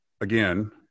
again